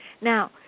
Now